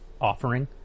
offering